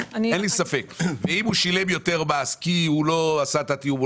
אם הוא שילם יותר מס כי הוא לא עשה את התיאום,